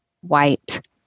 white